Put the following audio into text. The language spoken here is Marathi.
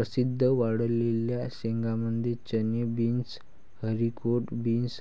प्रसिद्ध वाळलेल्या शेंगांमध्ये चणे, बीन्स, हरिकोट बीन्स,